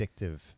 addictive